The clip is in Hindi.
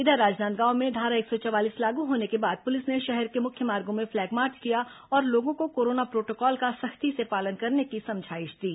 इधर राजनांदगांव में धारा एक सौ चवालीस लागू होने के बाद पुलिस ने शहर के मुख्य मार्गो में फ्लैग मार्च किया और लोगों को कोरोना प्रोटोकॉल का सख्ती से पालन करने की समझाइश दी